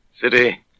City